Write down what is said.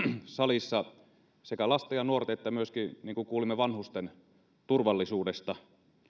salissa sekä lasten ja nuorten että myöskin niin kuin kuulimme vanhusten turvallisuudesta